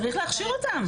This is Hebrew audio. צריך להכשיר אותם,